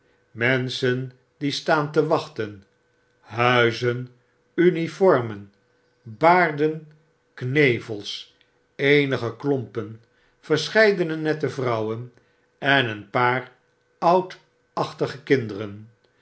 menschen die staan te wachten huizen uniformen baarden knevels eenige klompen verscheidene nette vrouwen en een paar oudachtige kinderen